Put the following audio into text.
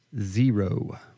Zero